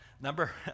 Number